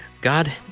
God